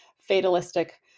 fatalistic